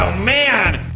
man